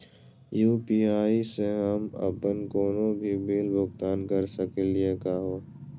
UPI स हम अप्पन कोनो भी बिल भुगतान कर सकली का हे?